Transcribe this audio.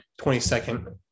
22nd